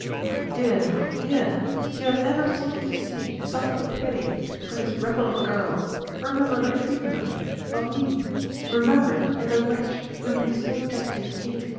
my dear my dear you have ever something to say, something to palliate, for this rebel of a girl remember her treatment of you, of me remember, that the wretch, whom we so justly hate,